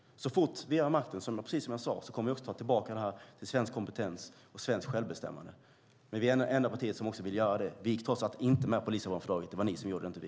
Så fort vi har makten, precis som jag sade, kommer vi också att ta tillbaka det här till svensk kompetens och svenskt självbestämmande. Men vi är det enda parti som vill göra det. Vi gick trots allt inte med på Lissabonfördraget. Det var ni som gjorde det, inte vi.